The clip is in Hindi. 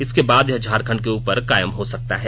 इसके बाद यह झारखंड के ऊपर कायम हो सकता है